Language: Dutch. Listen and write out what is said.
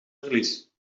verlies